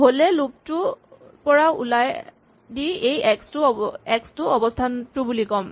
হ'লে আমি লুপ টোৰ পৰা ওলাই দি এই এক্স টো অৱস্হানটো ক'ম